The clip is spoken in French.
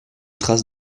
traces